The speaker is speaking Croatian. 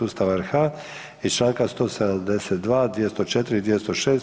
Ustava RH i članka 172., 204. i 206.